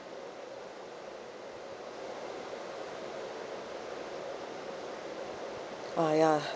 uh ya